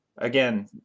again